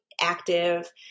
active